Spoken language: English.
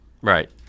Right